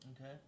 Okay